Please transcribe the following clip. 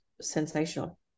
sensational